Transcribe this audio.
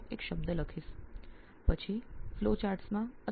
પછી ફ્લોચાર્ટ્સમાં અથવા થોડા શબ્દોથી જ સમગ્ર વ્યાખ્યાન બનાવવાનો પ્રયત્ન કરું છું